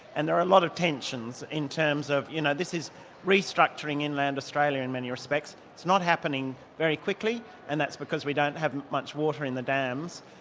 and there are a lot of tensions in terms of you know this is restructuring inland australia in many respects. it's not happening very quickly and that's because we don't have much water in the dams.